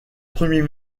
premier